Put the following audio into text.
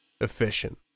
efficient